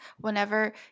whenever